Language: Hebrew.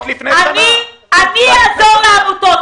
אני אעזור לעמותות,